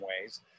ways